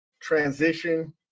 transition